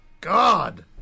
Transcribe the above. God